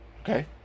Okay